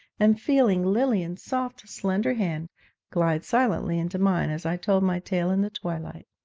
and feeling lilian's soft, slender hand glide silently into mine as i told my tale in the twilight.